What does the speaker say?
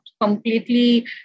completely